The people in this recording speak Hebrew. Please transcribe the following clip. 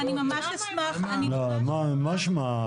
לא, מה שמה?